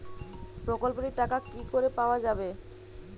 প্রকল্পটি র টাকা কি করে পাওয়া যাবে?